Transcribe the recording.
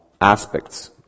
aspects